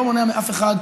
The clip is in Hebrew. אני לא מונע מאף אחד,